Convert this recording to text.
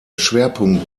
schwerpunkt